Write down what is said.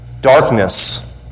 darkness